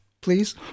please